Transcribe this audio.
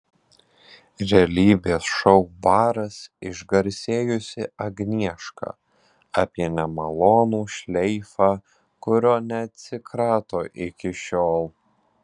realybės šou baras išgarsėjusi agnieška apie nemalonų šleifą kurio neatsikrato iki šiol